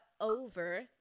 over